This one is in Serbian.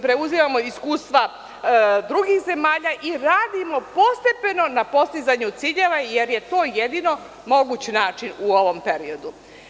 Preuzimamo iskustva drugih zemalja i radimo postepeno na postizanju ciljeva jer je to jedino moguć način u ovom periodu.